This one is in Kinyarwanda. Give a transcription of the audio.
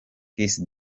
kiss